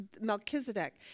Melchizedek